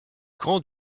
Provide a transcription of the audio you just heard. grand